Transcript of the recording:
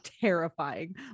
terrifying